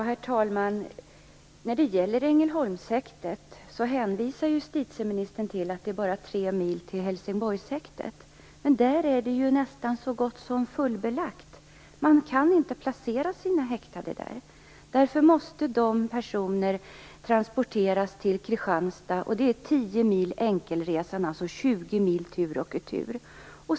Herr talman! Justitieministern hänvisar till att det bara är tre mil från Ängelholmshäktet till Helsingborgshäktet. Men där är det ju nästan så gott som fullbelagt! Man kan inte placera de häktade där. Därför måste de här personerna transporteras till Kristianstad dit det är en enkel resa på 10 mil, dvs. 20 mil tur och retur.